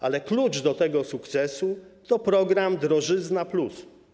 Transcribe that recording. Ale klucz do tego sukcesu to program drożyzna+.